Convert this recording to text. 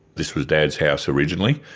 this was dad's house originally,